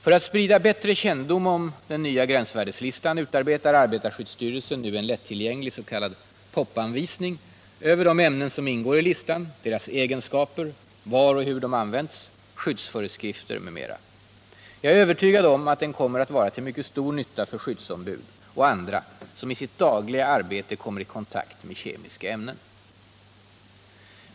För att sprida bättre kännedom om den nya gränsvärdeslistan utarbetar arbetarskyddsstyrelsen nu en lättillgänglig s.k. popanvisning över de ämnen som ingår i listan, deras egenskaper, var och hur de används, skyddsföreskrifter m.m. Jag är övertygad om att den kommer att vara till mycket stor nytta för skyddsombud och andra som i sitt dagliga arbete kommer i kontakt med kemiska ämnen.